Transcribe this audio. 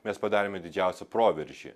mes padarėme didžiausią proveržį